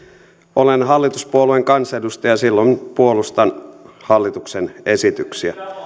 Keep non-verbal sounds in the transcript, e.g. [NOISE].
olen hallituspuolueen kansanedustaja silloin puolustan hallituksen esityksiä [UNINTELLIGIBLE]